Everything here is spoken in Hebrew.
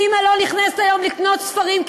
אימא לא נכנסת היום לקנות ספרים,